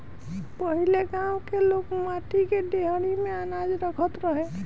पहिले गांव के लोग माटी के डेहरी में अनाज रखत रहे